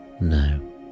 No